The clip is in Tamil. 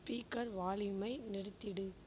ஸ்பீக்கர் வால்யூமை நிறுத்திவிடு